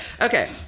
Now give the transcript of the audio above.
Okay